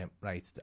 right